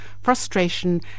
frustration